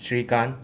ꯁ꯭ꯔꯤꯀꯥꯟ